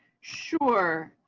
sure.